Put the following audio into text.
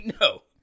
No